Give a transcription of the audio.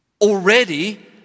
already